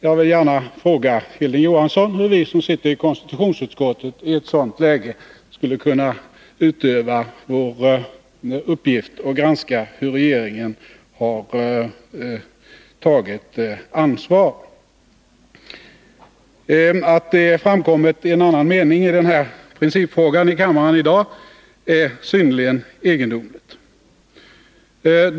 Jag vill gärna fråga Hilding Johansson hur vi som sitter i konstitutionsutskottet i ett sådant läge skulle kunna utöva vår uppgift att granska hur regeringen tagit ansvar. Att det framkommit en annan mening i den här principfrågan i kammaren i dag är synnerligen egendomligt.